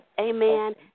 amen